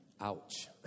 Ouch